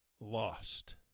lost